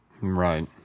Right